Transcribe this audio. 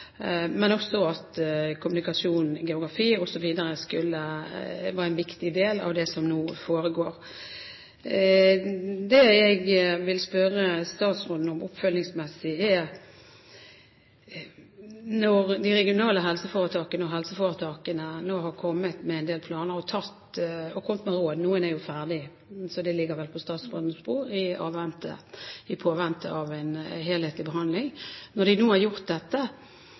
men også at kommunikasjon, geografi osv. er en viktig del av det som nå foregår. Det jeg vil spørre statsråden om oppfølgingsmessig, er: Når de regionale helseforetakene nå har kommet med en del planer og kommet med råd – noen er jo ferdig, så de ligger vel på statsrådens bord i påvente av en helhetlig behandling